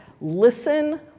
Listen